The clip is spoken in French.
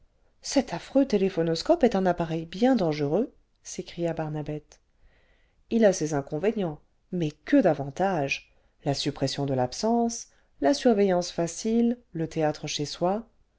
cet affreux téléphonoscope est un appareil bien dangereux s'écria barnabette il a ses inconvénients mais que d'avantages la suppression de l'absence la surveillance facile le théâtre chez soi